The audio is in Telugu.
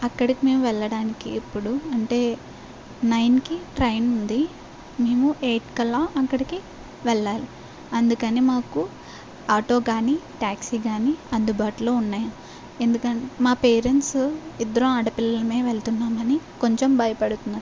అక్కడికి మేము వెళ్ళడానికి ఇప్పుడు అంటే నైన్కి ట్రైన్ ఉంది మేము ఎయిట్ కల్లా అక్కడికి వెళ్ళాలి అందుకని మాకు ఆటో కానీ టాక్సీ కానీ అందుబాటులో ఉన్నాయి ఎందుకంటే మా పేరెంట్స్ ఇద్దరు ఆడపిల్లలమే వెళుతున్నామని కొంచెం భయపడుతున్నారు